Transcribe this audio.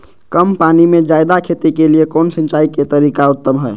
कम पानी में जयादे खेती के लिए कौन सिंचाई के तरीका उत्तम है?